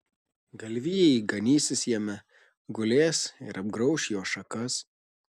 galvijai ganysis jame gulės ir apgrauš jo šakas